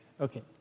Okay